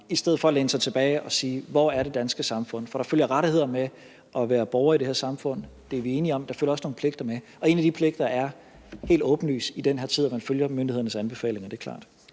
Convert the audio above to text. i stedet for at læne sig tilbage og sige: Hvor er det danske samfund? For der følger rettigheder med at være borger i det her samfund – det er vi enige om – men der følger også nogle pligter med. Og en af de pligter er helt åbenlyst i den her tid, at man følger myndighedernes anbefalinger – det er klart.